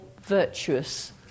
virtuous